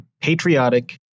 patriotic